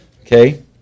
okay